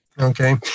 Okay